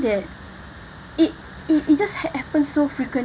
that it it it it just happened so frequently